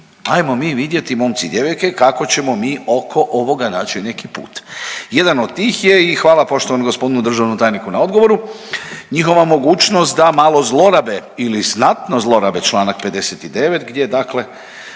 ajmo mi vidjeti momci i djevojke kako ćemo mi oko ovoga naći neki put. Jedan od tih je i hvala poštovanom g. državnom tajniku na odgovoru, njihova mogućnost da malo zlorabe ili znatno zlorabe čl. 59. gdje mogu